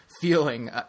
feeling